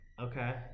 okay